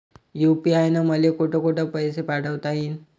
UPI न मले कोठ कोठ पैसे पाठवता येईन?